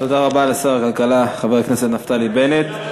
תודה רבה לשר הכלכלה, חבר הכנסת נפתלי בנט.